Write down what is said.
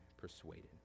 persuaded